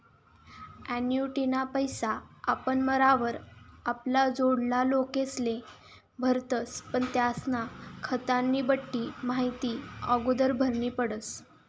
ॲन्युटीना पैसा आपण मरावर आपला जोडला लोकेस्ले भेटतस पण त्यास्ना खातानी बठ्ठी माहिती आगोदर भरनी पडस